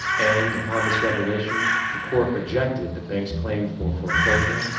and, upon this revelation the court rejected the bank's claim for foreclosure,